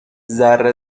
ذره